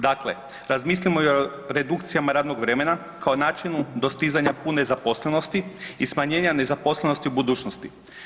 Dakle, razmislimo o redukcijama radnog vremena kao načinu dostizanja pune zaposlenosti i smanjenja nezaposlenosti u budućnosti.